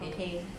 okay